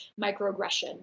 microaggression